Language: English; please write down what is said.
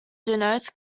denotes